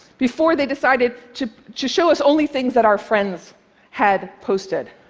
before they decided to show us only things that our friends had posted.